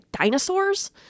dinosaurs